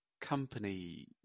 company